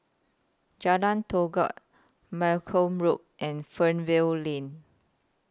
Jalan Malcolm Road and Fernvale Lane